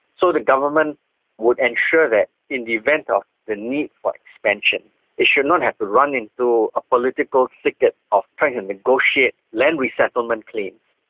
so the government would ensure that in the event of the need for expansion it should not have to run into a political thicket of trying to negotiate land resettlement claims,